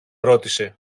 ρώτησε